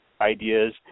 ideas